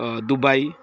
Dubai